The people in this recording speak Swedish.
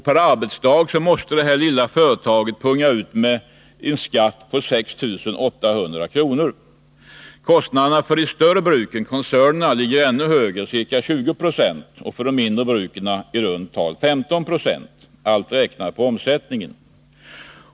Per arbetsdag måste detta lilla företag punga ut med en skatt på 6 800 kr. Kostnaderna för de större bruken, koncernerna, är ännu högre, ca 20 76 på omsättningen — och för de mindre bruken alltså i runt tal 15 96.